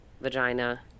vagina